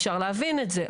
אפשר להבין את זה.